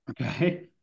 Okay